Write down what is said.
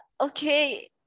okay